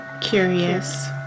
curious